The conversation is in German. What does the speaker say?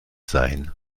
sein